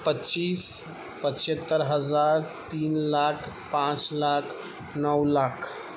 پچیس پچہتر ہزار تین لاکھ پانچ لاکھ نو لاکھ